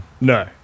No